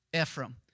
Ephraim